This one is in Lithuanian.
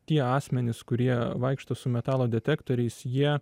tie asmenys kurie vaikšto su metalo detektoriais jie